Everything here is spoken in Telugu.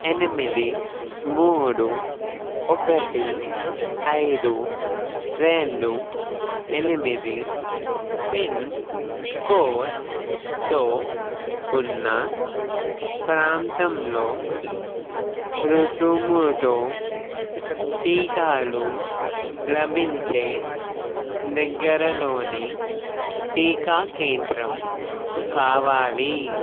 ఎనిమిది మూడు ఒకటి ఐదు రెండు ఎనిమిది పిన్కోడ్తో ఉన్న ప్రాంతంలో రుసుముతో టీకాలు లభించే దగ్గరలోని టీకా కేంద్రం కావాలి